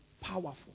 powerful